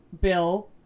bill